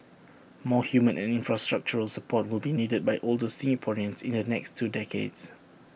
more human and infrastructural support will be needed by older Singaporeans in the next two decades